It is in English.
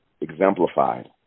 exemplified